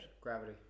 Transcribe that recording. gravity